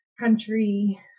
country